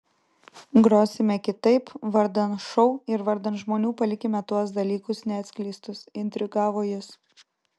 grosime kitaip vardan šou ir vardan žmonių palikime tuos dalykus neatskleistus intrigavo jis